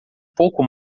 pouco